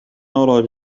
أرى